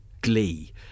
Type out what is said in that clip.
glee